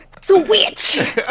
Switch